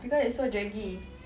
because it's so draggy